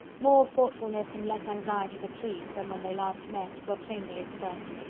more thoughtfulness and less anxiety to please, than when they last met, were plainly expressed.